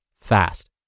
fast